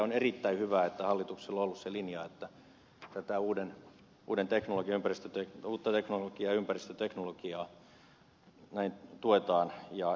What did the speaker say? on erittäin hyvä että hallituksella on ollut se linja että tätä uutta teknologiaa ja ympäristöteknologiaa näin tuetaan ja edistetään